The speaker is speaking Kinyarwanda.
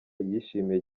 yishimiye